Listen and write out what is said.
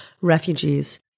refugees